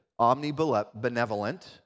omnibenevolent